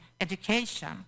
education